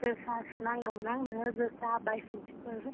जोसासो नांगौमोन आंनो जोसा बायसमुथिफोर